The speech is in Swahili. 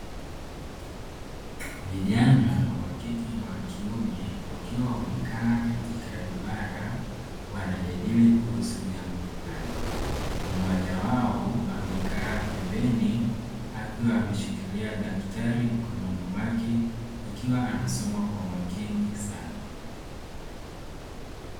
Vijana wa kike na wa kiume wakiwa wamekaa katika duara wanajadili kuhusu jambo fulani mmoja wao amekaa pembeni akiwa ameshikilia daftari mkononi mwake akiwa anasoma kwa umakini sana.